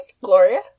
Gloria